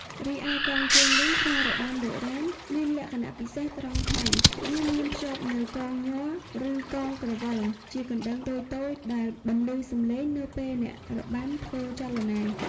រីឯកងជើងវិញក្នុងរបាំបុរាណមានលក្ខណៈពិសេសត្រង់ថា វាមានភ្ជាប់នូវ "កងញ័រ" ឬ "កងក្រវិល" ជាកណ្តឹងតូចៗ ដែលបន្លឺសំឡេងនៅពេលអ្នករបាំធ្វើចលនា។